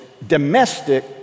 domestic